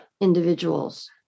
individuals